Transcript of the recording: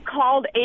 called